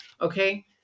Okay